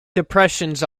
depressions